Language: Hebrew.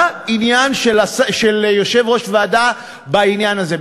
מה העניין של יושב-ראש הוועדה בעניין הזה?